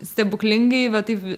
stebuklingai va taip